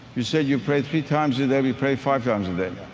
you say you pray three times a day, we pray five times a day.